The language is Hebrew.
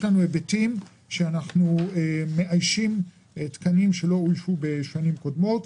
אבל אנחנו כן מאיישים תקנים שלא אוישו בשנים קודמות.